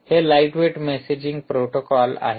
हे lightweight messaging protocol आहे